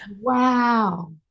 Wow